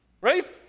right